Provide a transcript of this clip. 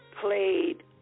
Played